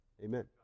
Amen